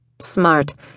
Smart